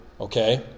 Okay